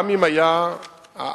גם אם היה ILS,